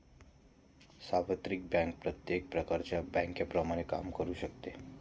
सार्वत्रिक बँक प्रत्येक प्रकारच्या बँकेप्रमाणे काम करू शकते